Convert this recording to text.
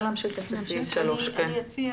כן.